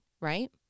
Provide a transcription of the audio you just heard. right